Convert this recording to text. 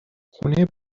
خونه